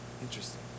interesting